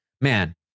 man